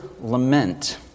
lament